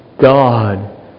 God